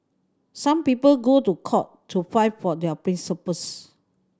some people go to court to fight for their principles